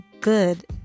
good